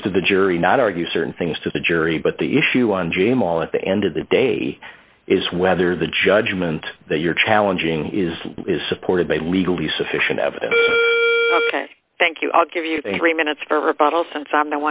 things to the jury not argue certain things to the jury but the issue on jim all at the end of the day is whether the judgment that you're challenging is supported by legally sufficient evidence thank you i'll give you three minutes for a bottle since i